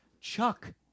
Chuck